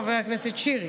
חבר הכנסת שירי?